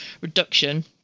reduction